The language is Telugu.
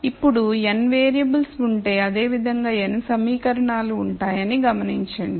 ఇప్పుడు n వేరియబుల్స్ ఉంటే అదే విధంగా n సమీకరణాలు ఉంటాయని గమనించండి